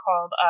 called